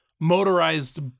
motorized